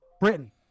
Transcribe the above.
Britain